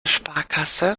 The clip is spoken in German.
sparkasse